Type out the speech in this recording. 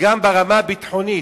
גם ברמה הביטחונית.